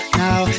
now